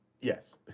Yes